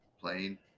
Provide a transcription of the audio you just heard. playing